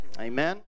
Amen